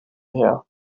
her